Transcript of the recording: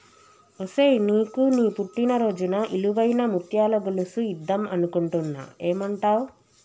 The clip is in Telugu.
ఒసేయ్ నీకు నీ పుట్టిన రోజున ఇలువైన ముత్యాల గొలుసు ఇద్దం అనుకుంటున్న ఏమంటావ్